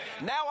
Now